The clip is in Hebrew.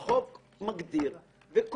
תמר, אני מבין אותך, אבל